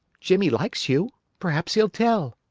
jimmie likes you, perhaps he'll tell.